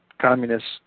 communists